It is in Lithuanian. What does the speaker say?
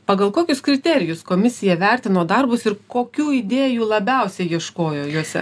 pagal kokius kriterijus komisija vertino darbus ir kokių idėjų labiausiai ieškojo juose